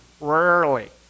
rarely